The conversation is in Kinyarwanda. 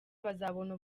bazabona